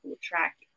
Track